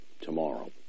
tomorrow